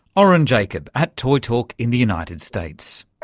oren jacob at toytalk in the united states.